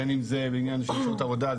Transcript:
בין אם זה בעניין של שעות העבודה,